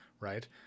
right